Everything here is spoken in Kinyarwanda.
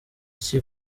iki